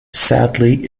sadly